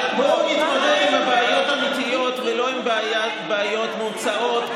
אבל בואו נתמודד עם הבעיות האמיתיות ולא עם בעיות ממוצאות,